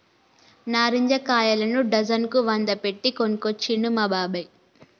నారింజ కాయలను డజన్ కు వంద పెట్టి కొనుకొచ్చిండు మా బాబాయ్